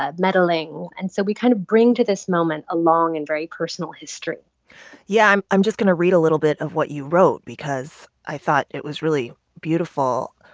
ah meddling, and so we kind of bring to this moment a long and very personal history yeah, i'm i'm just going to read a little bit of what you wrote because i thought it was really beautiful.